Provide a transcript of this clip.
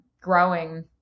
growing